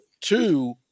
Two